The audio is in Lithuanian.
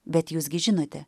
bet jūs gi žinote